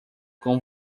com